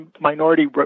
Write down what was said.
minority